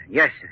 yes